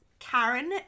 Karen